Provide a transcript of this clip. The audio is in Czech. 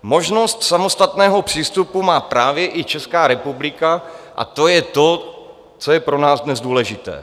Možnost samostatného přístupu má právě i Česká republika, a to je to, co je pro nás dnes důležité.